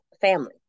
family